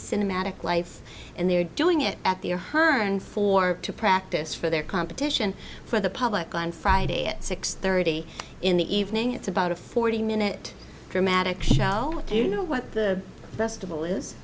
cinematic life and they're doing it at their higher and for to practice for their competition for the public on friday at six thirty in the evening it's about a forty minute dramatic show you know what the best of all